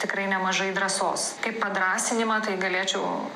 tikrai nemažai drąsos kaip padrąsinimą tai galėčiau